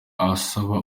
asaba